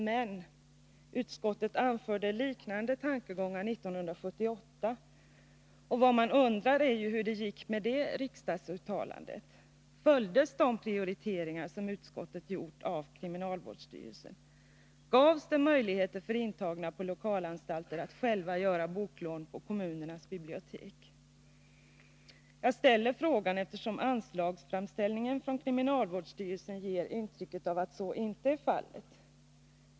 Men utskottet anförde liknande tankegångar 1978, och vad man undrar är ju hur det gick med det riksdagsuttalandet. Följdes de prioriteringar som utskottet gjort av kriminalvårdsstyrelsen? Gavs det möjligheter för intagna på lokalanstalter att själva göra boklån på kommunernas bibliotek? Jag ställer frågan, eftersom anslagsframställningen från kriminalvårdsstyrelsen ger intrycket att så inte är fallet.